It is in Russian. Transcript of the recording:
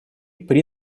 при